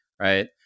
right